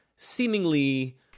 seemingly